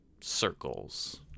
circles